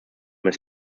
his